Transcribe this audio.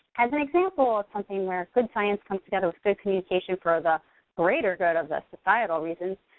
as an example of something where good science comes together with good communication for ah the greater good of the societal reasons,